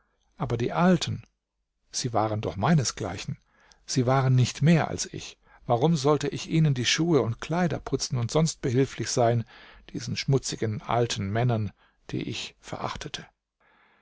aber die alten sie waren doch meinesgleichen sie waren nicht mehr als ich warum sollte ich ihnen die schuhe und kleider putzen und sonst behilflich sein diesen schmutzigen alten männern die ich verachtete